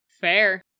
Fair